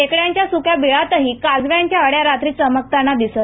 खेकड्याच्या सुक्या बिळातही काजव्यांच्या अळ्या रात्री चमकताना दिसत